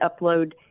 upload